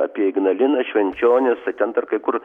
apie ignaliną švenčionis tai ten dar kai kur